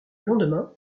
lendemain